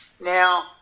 Now